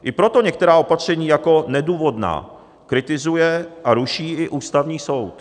I proto některá opatření jako nedůvodná kritizuje a ruší i Ústavní soud.